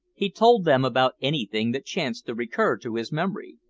he told them about anything that chanced to recur to his memory.